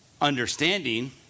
understanding